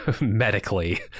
medically